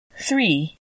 three